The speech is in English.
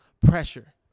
pressure